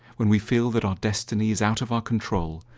when we feel that our destiny is out of our control,